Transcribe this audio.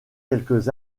quelques